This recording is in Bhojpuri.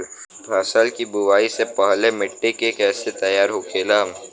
फसल की बुवाई से पहले मिट्टी की कैसे तैयार होखेला?